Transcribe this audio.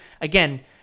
again